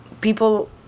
people